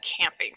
camping